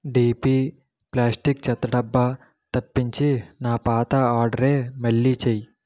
deep plastic చెత్తడబ్బా తప్పించి నా పాత ఆర్డరే మళ్ళీ చేయ్యి